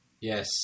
Yes